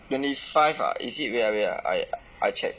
twenty five ah is it wait ah wait ah I I check